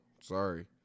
Sorry